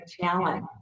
challenge